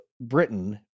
Britain